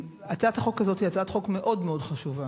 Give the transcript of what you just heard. הצעת החוק הזאת היא הצעת חוק מאוד מאוד חשובה.